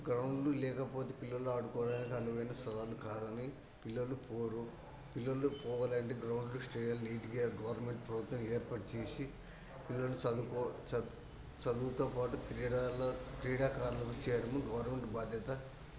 గ్రౌండ్లు లేకపోతే పిల్లలు ఆడుకోవడానికి అనువైన స్థలాలు కాదని పిల్లలు పోరు పిల్లలు పోవాలంటే గ్రౌండ్లు స్టేడియాలు నీటుగా గవర్నమెంట్ ప్రభుత్వం ఏర్పాటు చేసి పిల్లల్ని చదువుకో చ చదువుతోపాటు క్రీడాల క్రీడాకారుల్ని చేయడం గవర్నమెంట్ బాధ్యత